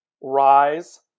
rise